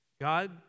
God